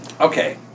Okay